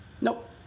Nope